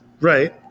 Right